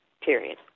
period